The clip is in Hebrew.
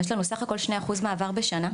יש לנו סך הכל כ-2% של מעברים בין קופות בשנה,